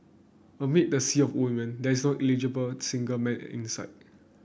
amid the sea of women there's no eligible single man in sight